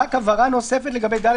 רק הבהרה נוספת לגבי 22כה(ד),